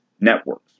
networks